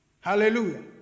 Hallelujah